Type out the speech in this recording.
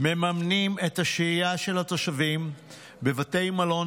מממנים את השהייה של התושבים בבתי מלון